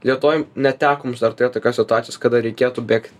lietuvoj neteko mums dar turėt tokios situacijos kada reikėtų bėgt